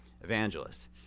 evangelist